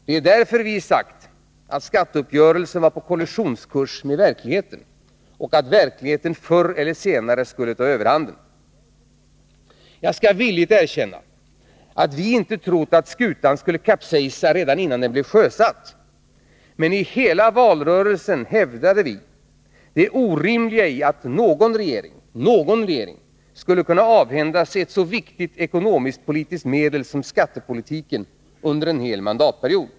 Det är därför vi sagt att skatteuppgörelsen var på kollisionskurs med verkligheten, och att verkligheten förr eller senare skulle ta överhanden. Jag skall villigt erkänna att vi inte trott att skutan skulle kapsejsa redan innan den blev sjösatt. Men i hela valrörelsen hävdade vi det orimliga i att någon regering skulle kunna avhända sig ett så viktigt ekonomiskt-politiskt medel som skattepolitiken under en hel mandatperiod.